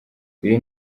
uyu